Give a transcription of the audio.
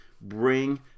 bring